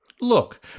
Look